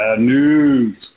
news